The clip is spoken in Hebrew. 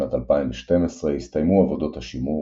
בשנת 2012 הסתיימו עבודות השימור,